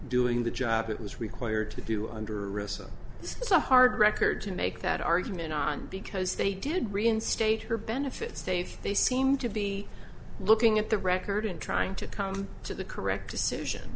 doing the job it was required to do under rissa it's a hard record to make that argument on because they did reinstated benefit states they seem to be looking at the record and trying to come to the correct decision